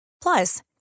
Plus